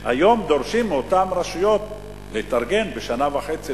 והיום דורשים מאותן רשויות להתארגן בשנה וחצי,